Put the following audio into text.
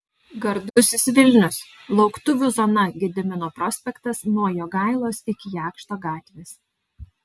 gardusis vilnius lauktuvių zona gedimino prospektas nuo jogailos iki jakšto gatvės